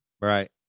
Right